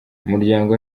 umuryango